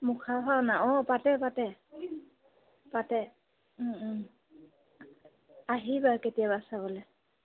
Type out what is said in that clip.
মুখা ভাওনা অঁ পাতে পাতে পাতে আহিবা কেতিয়াবা চাবলৈ